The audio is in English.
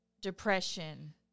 depression